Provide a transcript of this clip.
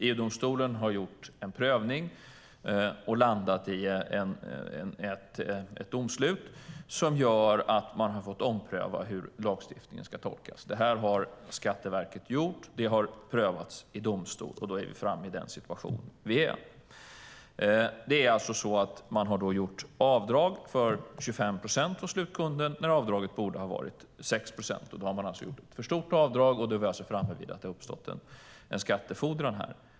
EU-domstolen har gjort en prövning och kommit fram till ett domslut som innebär att man har fått ompröva hur lagstiftningen ska tolkas. Detta har Skatteverket gjort. Det har prövats i domstol och lett fram till den situation vi är i nu. Man har gjort avdrag för 25 procent hos slutkunden när avdraget borde ha varit 6 procent. Man har alltså gjort ett för stort avdrag, och därför har det uppstått en skattefordran här.